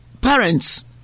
parents